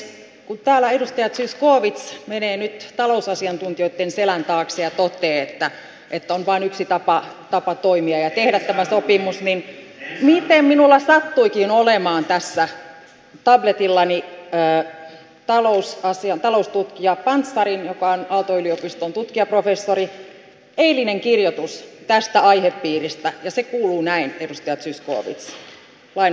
kun täällä edustaja zyskowicz menee nyt talousasiantuntijoitten selän taakse ja toteaa että on vain yksi tapa toimia ja tehdä tätä sopimusta niin miten minulla sattuikin olemaan tässä tabletillani taloustutkija pantzarin joka on aalto yliopiston tutkijaprofessori eilinen kirjoitus tästä aihepiiristä ja se kuuluu näin edustaja zyskowicz